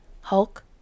Hulk